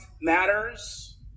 matters